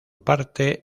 parte